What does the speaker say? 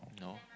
no